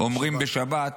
-- אומרים בשבת,